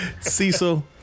Cecil